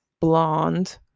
blonde